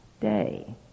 day